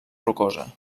rocosa